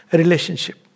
relationship